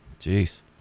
Jeez